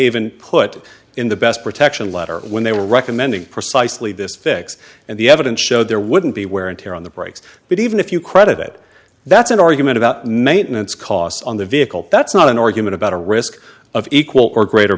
even put in the best protection letter when they were recommending precisely this fix and the evidence showed there wouldn't be wear and tear on the brakes but even if you credit it that's an argument about maintenance costs on the vehicle that's not an argument about a risk of equal or greater